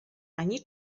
ani